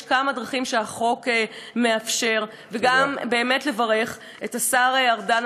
יש כמה דרכים שהחוק מאפשר וגם באמת לברך את השר ארדן